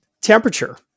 temperature